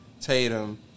Tatum